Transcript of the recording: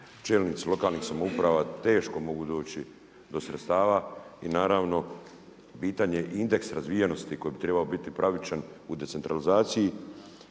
čelnici lokalnih samouprava teško mogu doći do sredstava i naravno pitanje indeksa razvijenosti koji bi trebao biti pravičan u decentralizaciji